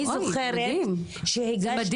אני זוכרת שהגשתם --- זה מדהים,